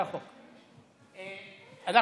[מס' מ/1372,